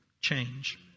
change